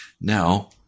Now